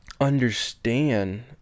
understand